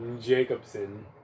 Jacobson